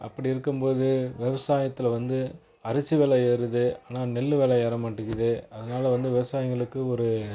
அப்படி இருக்கும் போது விவசாயத்தில் வந்து அரசி விலை ஏறுது ஆனால் நெல்லு விலை ஏறமாட்டுகிது அதனால் வந்து விவசாயங்களுக்கு ஒரு